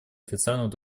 официального